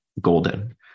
golden